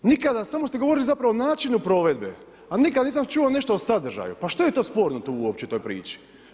Nikada, samo ste govorili zapravo o načinu provedbe, a nikad nisam čuo nešto o sadržaju, pa što je to sporno tu uopće u toj priči?